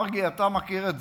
מרגי, אתה מכיר את זה,